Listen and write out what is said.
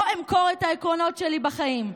לא אמכור את העקרונות שלי בחיים.